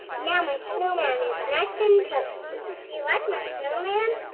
now my snowman is nice and toasty. you like my snowman?